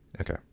Okay